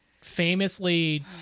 famously